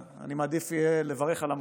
ואני אעדיף לברך על המוגמר.